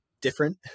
different